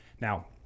Now